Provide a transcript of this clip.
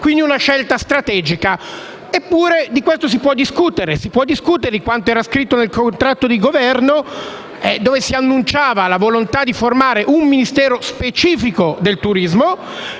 quindi una scelta strategica. Eppure di questo si può discutere. Si può discutere di quanto era scritto nel contratto di Governo, in cui si annunciava la volontà di formare un Ministero specifico del turismo